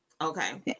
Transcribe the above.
Okay